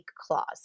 clause